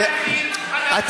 תוכל להרחיב, תוכל להרחיב.